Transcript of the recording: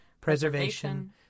preservation